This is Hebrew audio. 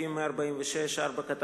סעיפים 146(4),